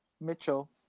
Mitchell